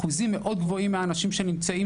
אחוזים מאוד גבוהים מהאנשים שנמצאים